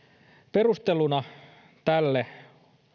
perusteluna tälle